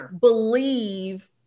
believe